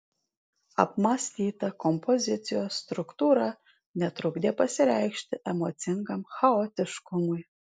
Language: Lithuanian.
apmąstyta kompozicijos struktūra netrukdė pasireikšti emocingam chaotiškumui